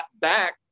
back